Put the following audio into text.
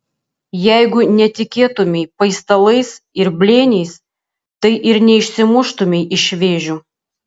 jeigu netikėtumei paistalais ir blėniais tai ir neišsimuštumei iš vėžių